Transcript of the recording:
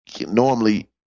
normally